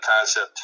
concept